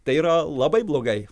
tai yra labai blogai